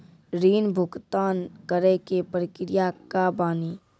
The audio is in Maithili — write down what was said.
ऋण भुगतान करे के प्रक्रिया का बानी?